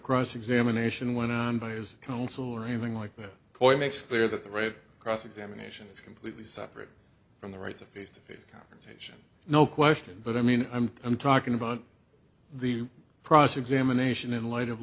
cross examination went on by his counsel or anything like that coyle makes clear that the red cross examination is completely separate from the right to face to face confrontation no question but i mean i'm i'm talking about the prosecute him a nation in light of